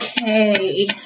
Okay